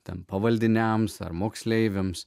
ten pavaldiniams ar moksleiviams